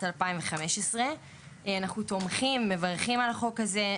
2015. אנחנו תומכים ומברכים על החוק הזה,